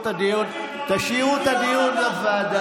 אתה אומר דברים לא נכונים.